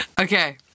Okay